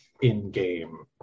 in-game